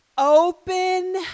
Open